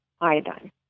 iodine